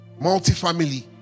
multifamily